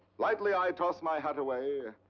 lightly i toss my hat away,